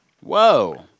Whoa